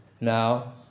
Now